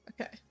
Okay